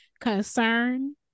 concern